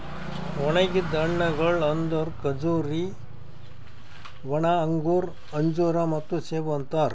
ಒಣುಗಿದ್ ಹಣ್ಣಗೊಳ್ ಅಂದುರ್ ಖಜೂರಿ, ಒಣ ಅಂಗೂರ, ಅಂಜೂರ ಮತ್ತ ಸೇಬು ಅಂತಾರ್